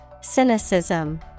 Cynicism